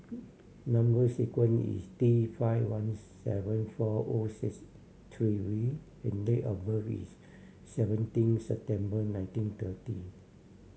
number sequence is T five one seven four O six three V and date of birth is seventeen September nineteen thirty